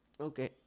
Okay